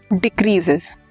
decreases